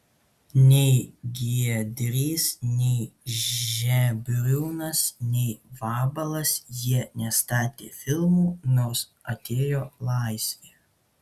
nei giedrys nei žebriūnas nei vabalas jie nestatė filmų nors atėjo laisvė